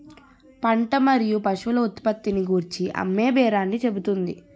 పంట మరియు పశువుల ఉత్పత్తిని గూర్చి అమ్మేబేరాన్ని చెబుతుంది